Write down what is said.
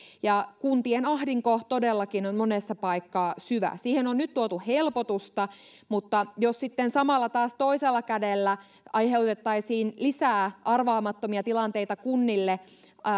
ja kuntien ahdinko todellakin on monessa paikkaa syvä siihen on nyt tuotu helpotusta mutta jos sitten samalla taas toisella kädellä aiheutettaisiin lisää arvaamattomia tilanteita kunnille